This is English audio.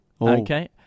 Okay